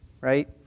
right